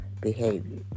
behavior